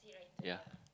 yea